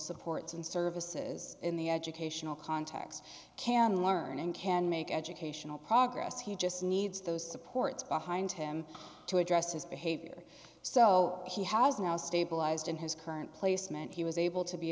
supports and services in the educational context can learn and can make educational progress he just needs those supports behind him to address his behavior so he has now stabilized in his current placement he was able to be